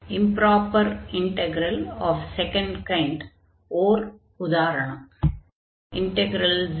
improper integral of second kind ஓர் உதாரணம் 0111 xdx